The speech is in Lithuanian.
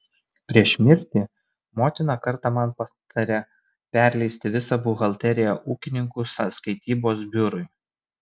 prieš mirtį motina kartą man patarė perleisti visą buhalteriją ūkininkų sąskaitybos biurui